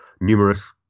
numerous